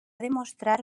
demostrar